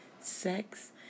sex